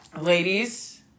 Ladies